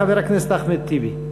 חבר הכנסת אחמד טיבי.